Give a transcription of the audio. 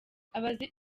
abagize